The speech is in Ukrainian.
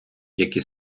які